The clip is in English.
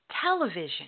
television